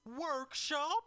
workshop